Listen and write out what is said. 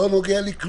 לא נוגע לי כלום.